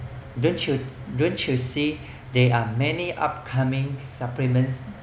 don't you don't you see there are many upcoming supplements